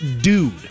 dude